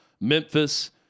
Memphis